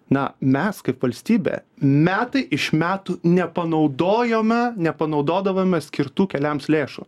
na mes kaip valstybė metai iš metų nepanaudojome nepanaudodavome skirtų keliams lėšų